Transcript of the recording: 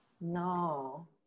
No